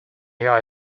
your